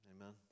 Amen